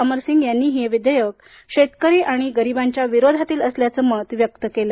अमर सिंग यांनीही हे विधेयक शेतकरी आणि गरिबांच्या विरोधातील असल्याचं मत व्यक्त केलं